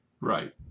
Right